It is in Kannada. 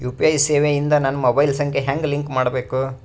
ಯು.ಪಿ.ಐ ಸೇವೆ ಇಂದ ನನ್ನ ಮೊಬೈಲ್ ಸಂಖ್ಯೆ ಹೆಂಗ್ ಲಿಂಕ್ ಮಾಡಬೇಕು?